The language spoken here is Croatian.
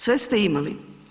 Sve ste imali.